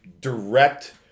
direct